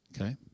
okay